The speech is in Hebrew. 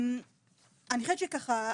אני חושבת שככה,